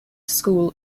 school